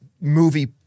movie